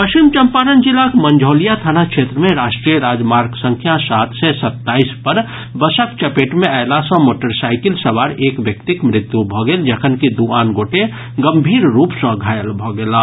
पश्चिम चंपारण जिलाक मंझौलिया थाना क्षेत्र मे राष्ट्रीय राजमार्ग संख्या सात सय सताईस पर बसक चपेट मे अयला सॅ मोटरसाईकिल सवार एक व्यक्तिक मृत्यु भऽ गेल जखनकि दू आन गोटे गंभीर रूप सॅ घायल भऽ गेलाह